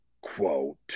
quote